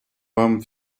вам